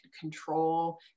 control